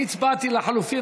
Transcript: אני הצבעתי לחלופין,